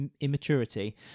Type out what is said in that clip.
immaturity